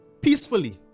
peacefully